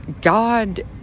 god